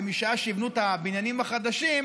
ומשעה שיבנו את הבניינים החדשים,